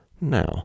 now